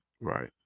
Right